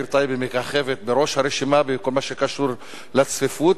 העיר טייבה מככבת בראש הרשימה בכל מה שקשור לצפיפות,